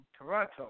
Toronto